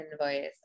invoice